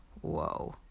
Whoa